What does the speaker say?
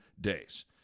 days